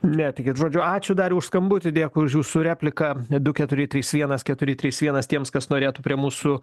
netikit žodžiu ačiū dariau už skambutį dėkui už jūsų repliką du keturi trys vienas keturi trys vienas tiems kas norėtų prie mūsų